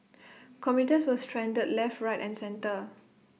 commuters were stranded left right and centre